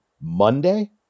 Monday